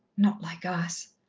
not like us.